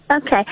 okay